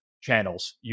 channels